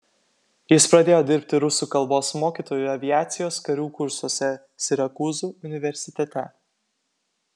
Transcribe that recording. jis pradėjo dirbti rusų kalbos mokytoju aviacijos karių kursuose sirakūzų universitete